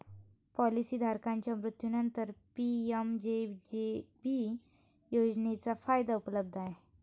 policy धारकाच्या मृत्यूनंतरच PMJJB योजनेचा फायदा उपलब्ध आहे